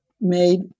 made